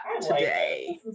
today